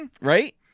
Right